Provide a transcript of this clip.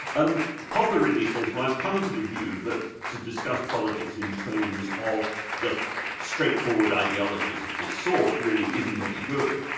and popper really says, well i've come to the view that to discuss discuss politics in terms of just straightforward ideologies of this sort really isn't any good.